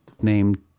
named